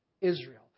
Israel